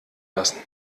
lassen